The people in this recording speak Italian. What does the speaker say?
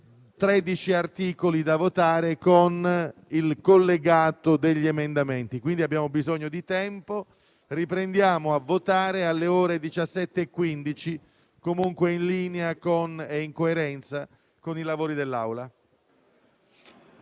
13 articoli da votare con il collegato degli emendamenti e, quindi, abbiamo bisogno di tempo. Riprendiamo a votare alle ore 17,15, in linea con i lavori dell'Aula.